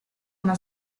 una